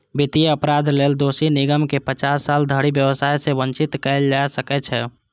वित्तीय अपराध लेल दोषी निगम कें पचास साल धरि व्यवसाय सं वंचित कैल जा सकै छै